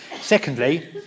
secondly